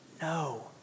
No